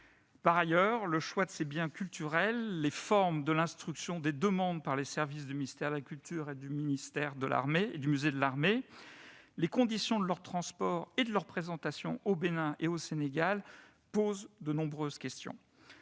Par ailleurs, le choix de ces biens culturels, les formes de l'instruction des demandes par les services du ministère de la culture et du musée de l'Armée, les conditions de leur transport et de leur présentation au Bénin et au Sénégal posent de nombreuses questions.